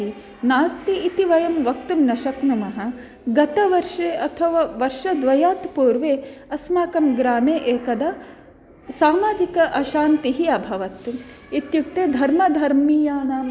नास्ति इति वयं वक्तुं न शक्नुमः गतवर्षे अथवा वर्षद्वयात् पूर्वम् अस्माकं ग्रामे एकदा सामाजिक अशान्तिः अभवत् इत्युक्ते धर्माधर्मीयानाम्